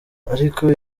ariko